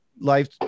life